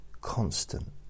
constant